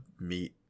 meat